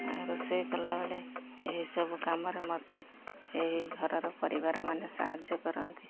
ଆଉ ରୋଷେଇ କଲାବେଳେ ଏହିସବୁ କାମରେ ମତେ ଏହି ଘରର ପରିବାର ମାନ ସାହାଯ୍ୟ କରନ୍ତି